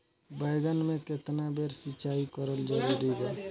बैगन में केतना बेर सिचाई करल जरूरी बा?